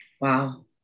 Wow